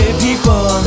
people